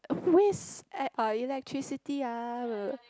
waste e~ uh electricity ah